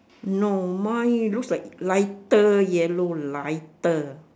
no mine looks like lighter yellow lighter